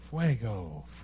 fuego